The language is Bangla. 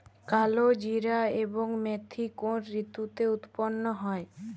কালোজিরা এবং মেথি কোন ঋতুতে উৎপন্ন হয়?